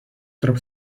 tarp